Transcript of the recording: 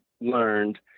learned